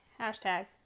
hashtag